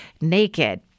naked